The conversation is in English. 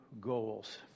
goals